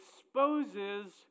exposes